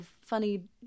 funny